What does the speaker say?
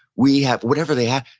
we have, whatever they have.